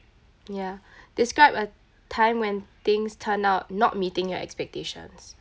ya describe a time when things turned out not meeting your expectations